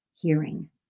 hearing